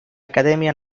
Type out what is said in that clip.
academia